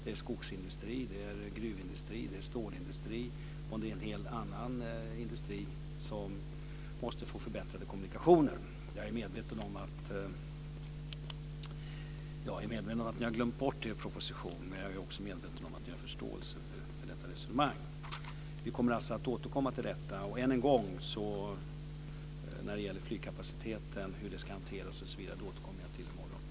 Det är skogsindustri, gruvindustri, stålindustri och en hel del annan industri som måste få förbättrade kommunikationer. Jag är medveten om att ni har glömt bort det i er "proposition", men jag är också medveten om att ni har förståelse för detta resonemang. Vi kommer alltså att återkomma till detta. Än en gång: Jag återkommer i morgon till frågan om flygkapaciteten och hur den ska hanteras.